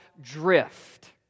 drift